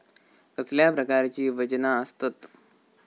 कसल्या प्रकारची वजना आसतत?